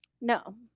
No